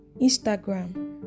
Instagram